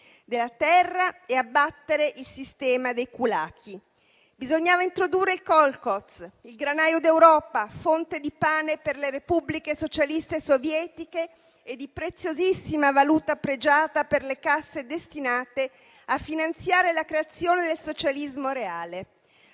della terra e abbattere il sistema dei *kulaki*, bisognava introdurre il *kolchoz*. Il granaio d'Europa, fonte di pane per le Repubbliche socialiste sovietiche e di preziosissima valuta pregiata per le casse destinate a finanziare la creazione del socialismo reale,